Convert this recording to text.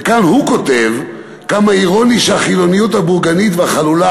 וכאן הוא כותב: כמה אירוני שהחילוניות הבורגנית והחלולה